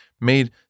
made